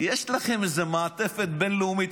יש לכם איזה מעטפת בין-לאומית.